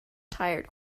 tired